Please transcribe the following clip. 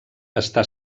està